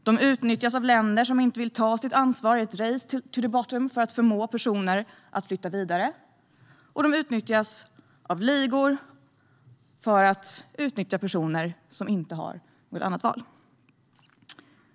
De utnyttjas av länder som inte vill ta sitt ansvar i ett race to the bottom för att förmå personer att flytta vidare. De utnyttjas av ligor som i sin tur utnyttjar personer som inte har något annat val.